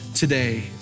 today